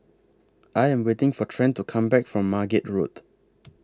I Am waiting For Trent to Come Back from Margate Road